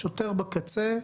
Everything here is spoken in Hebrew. השוטר בקצה,